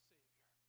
Savior